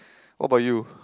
what about you